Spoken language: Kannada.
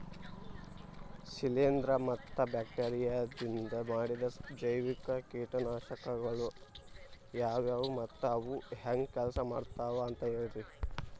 ಶಿಲೇಂಧ್ರ ಮತ್ತ ಬ್ಯಾಕ್ಟೇರಿಯದಿಂದ ಮಾಡಿದ ಜೈವಿಕ ಕೇಟನಾಶಕಗೊಳ ಯಾವ್ಯಾವು ಮತ್ತ ಅವು ಹೆಂಗ್ ಕೆಲ್ಸ ಮಾಡ್ತಾವ ಅಂತ ಹೇಳ್ರಿ?